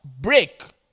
break